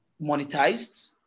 monetized